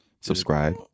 subscribe